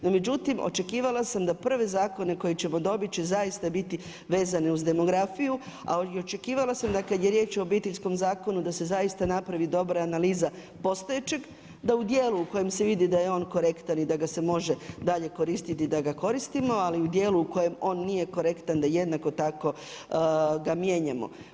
No međutim, očekivala sam da prve zakone koje ćemo dobiti će zaista biti vezani uz demografiju, a očekivala sam da kada je riječ o Obiteljskom zakonu da se zaista napravi dobra analiza postojećem da u dijelu u kojem se vidi da je on korektan i da ga se može dalje koristiti da ga koristimo, ali u dijelu kojem on nije korektan da jednako tamo ga mijenjamo.